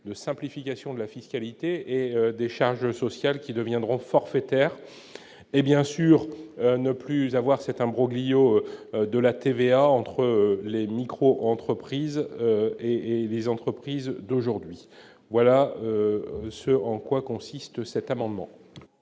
de simplification de la fiscalité et des charges sociales qui deviendront forfaitaire et bien sûr, ne plus avoir cet imbroglio de la TVA entre les micro-entreprises et et les entreprises d'aujourd'hui voilà ce en quoi consiste cet amendement.